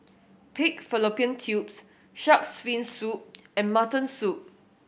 pig fallopian tubes Shark's Fin Soup and mutton soup